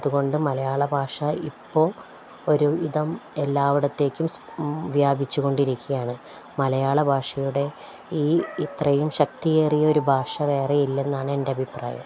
അതുകൊണ്ട് മലയാള ഭാഷ ഇപ്പോൾ ഒരു വിധം എല്ലാവിടത്തേക്കും വ്യാപിച്ചുകൊണ്ടിരിക്കുകയാണ് മലയാള ഭാഷയുടെ ഈ ഇത്രയും ശക്തിയേറിയ ഒരു ഭാഷ വേറെ ഇല്ലെന്നാണ് എൻ്റെ അഭിപ്രായം